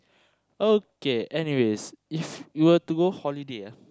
okay anyways if we were to go holiday ah